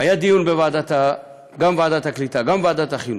היה דיון גם בוועדת העלייה והקליטה וגם בוועדת החינוך,